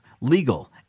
legal